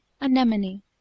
Anemone